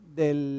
del